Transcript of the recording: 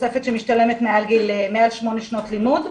ותוספת שמשתלמת מעל 8 שנות לימוד.